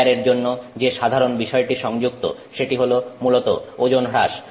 উইয়ারের সঙ্গে যে সাধারণ বিষয়টি সংযুক্ত সেটি হলো মূলত ওজন হ্রাস